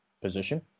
position